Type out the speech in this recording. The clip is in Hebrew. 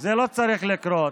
זה לא צריך לקרות.